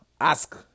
ask